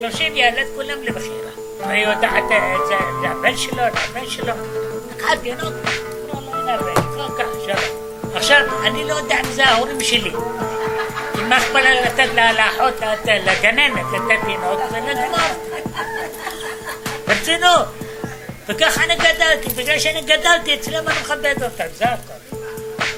שלושים ילד כולם לבחירה אני יודעת את זה, זה הבן שלו, זה הבן שלו לקחה תינוק לא, לא לדבר, שלום. עכשיו אני לא יודע אם זה ההורים שלי מה איכפת לאחות לגננת לתת תינוק ולגמור ברצינות וככה אני גדלתי בגלל שאני גדלתי אצלם אני מכבדת אותם זה הכל